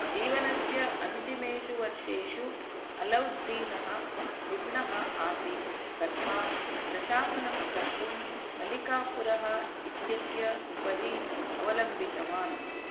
जीवनस्य अन्तिमेषु वर्षेषु अलौद्दीनः रुग्णः आसीत् तथा प्रशासनं कर्तुं मलिक्काफुर् इत्यस्य उपरि अवलम्बितवान्